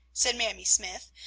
said mamie smythe,